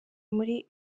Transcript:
muri